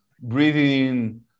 breathing